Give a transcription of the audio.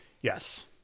Yes